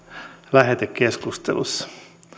lähetekeskustelussa